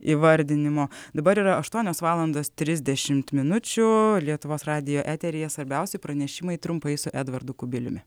įvardinimo dabar yra aštuonios valandos trisdešimt minučių lietuvos radijo eteryje svarbiausi pranešimai trumpai su edvardu kubiliumi